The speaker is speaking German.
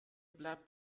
bleibt